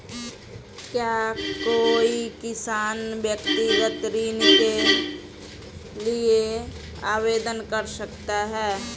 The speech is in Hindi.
क्या कोई किसान व्यक्तिगत ऋण के लिए आवेदन कर सकता है?